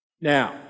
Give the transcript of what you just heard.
Now